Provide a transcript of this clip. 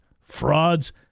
Frauds